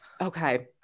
Okay